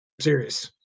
serious